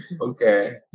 okay